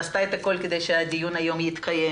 שעשתה את הכול כדי שהדיון היום יתקיים.